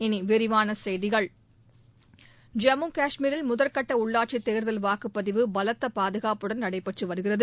இனி விரிவான செய்திகள் ஜம்மு காஷ்மீரில் முதற்கட்ட உள்ளாட்சி தேர்தல் வாக்குப் பதிவு பலத்த பாதுகாப்புடன் நடைபெற்று வருகிறது